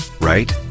right